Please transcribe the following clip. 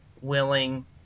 willing